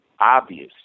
obvious